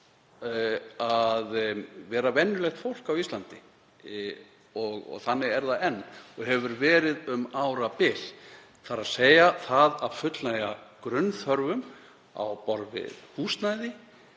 að vera venjulegt fólk á Íslandi. Þannig er það enn og hefur verið um árabil. Það að fullnægja grunnþörfum á borð við húsnæði